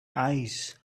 eyes